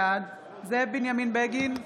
בעד זאב בנימין בגין,